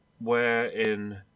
wherein